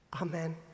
Amen